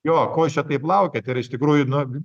jo ko jūs čia taip laukiat ir iš tikrųjų na